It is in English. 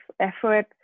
effort